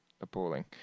appalling